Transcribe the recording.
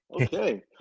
okay